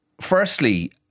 firstly